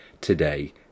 today